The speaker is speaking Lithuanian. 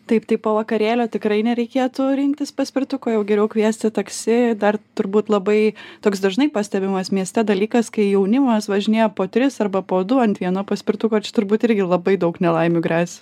taip tai po vakarėlio tikrai nereikėtų rinktis paspirtuko jau geriau kviesti taksi dar turbūt labai toks dažnai pastebimas mieste dalykas kai jaunimas važinėja po tris arba po du ant vieno paspirtuko čia turbūt irgi labai daug nelaimių gresia